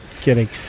kidding